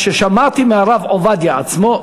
מה ששמעתי מהרב עובדיה עצמו,